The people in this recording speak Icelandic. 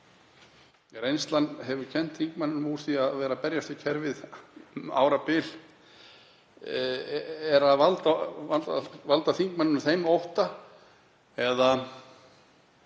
reynslan hefur kennt þingmanninum af því að vera að berjast við kerfið um árabil, að valda þingmanninum þeim ótta